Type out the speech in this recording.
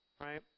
Right